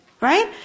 Right